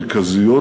מרכזיות,